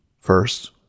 first